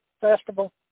Festival